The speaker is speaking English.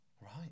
right